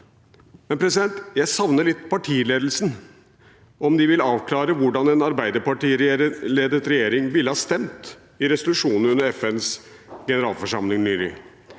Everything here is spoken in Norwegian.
Jeg savner litt partiledelsen, om de vil avklare hvordan en arbeiderpartiledet regjering ville ha stemt i resolusjonen under FNs generalforsamling nylig.